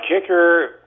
kicker